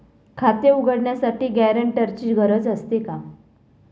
खाते उघडण्यासाठी गॅरेंटरची गरज असते का?